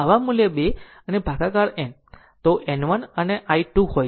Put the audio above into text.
આવા મૂલ્ય 2 અને ભાગાકાર N જમણામાં આવા N 1 આઇ 2 હોય છે